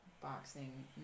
boxing